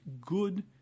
good